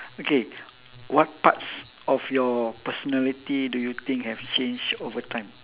okay what parts of your personality do you think have change over time